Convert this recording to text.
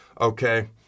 Okay